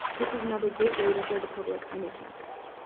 this is another great way to show the public our new campus.